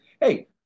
hey